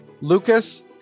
Lucas